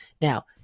Now